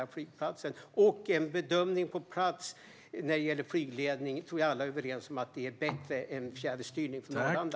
Jag tror att vi alla är överens om att en flygledning på plats är bättre än fjärrstyrning från Arlanda.